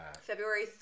February